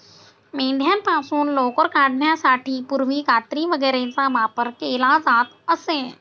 मेंढ्यांपासून लोकर काढण्यासाठी पूर्वी कात्री वगैरेचा वापर केला जात असे